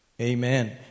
Amen